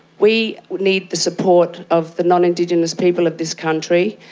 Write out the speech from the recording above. we need the support of the non-indigenous people of this country.